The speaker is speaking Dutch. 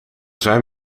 zijn